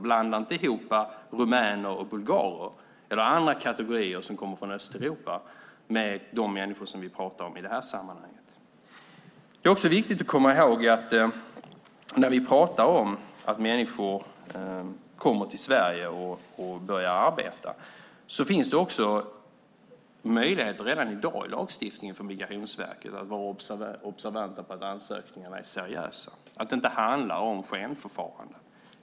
Blanda inte ihop rumäner och bulgarer eller andra kategorier som kommer från Östeuropa med de människor som vi pratar om i det här sammanhanget. Det är också viktigt att komma ihåg, när vi pratar om att människor kommer till Sverige och börjar arbeta, att det finns möjligheter redan i dag i lagstiftningen för Migrationsverket att vara observant på att ansökningarna är seriösa, att det inte handlar om skenförfaranden.